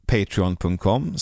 Patreon.com